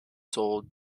sold